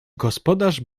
gospodarz